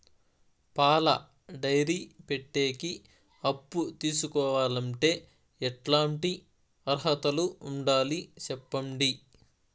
పాల డైరీ పెట్టేకి అప్పు తీసుకోవాలంటే ఎట్లాంటి అర్హతలు ఉండాలి సెప్పండి?